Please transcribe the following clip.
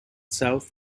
south